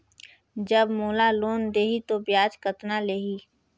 जब मोला लोन देही तो ब्याज कतना लेही?